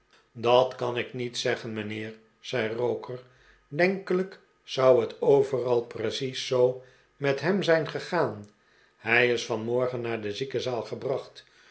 dat kan ik niet zeggen mijnheer zei roker denkelijk zou het overal precies zoo met hem zijn gegaan hij is vanmorgen naar de ziekenzaal gebracht